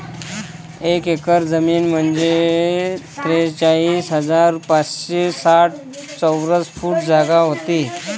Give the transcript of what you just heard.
एक एकर जमीन म्हंजे त्रेचाळीस हजार पाचशे साठ चौरस फूट जागा व्हते